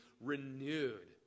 renewed